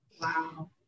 wow